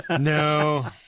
No